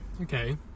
okay